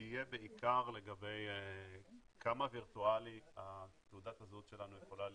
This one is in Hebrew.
תהיה בעיקר לגבי כמה וירטואלית תעודת הזהות שלנו יכולה להיות.